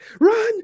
Run